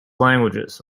languages